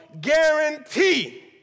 guarantee